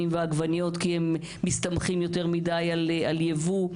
ועגבניות כי הם מסמכים יותר מידי על יבוא,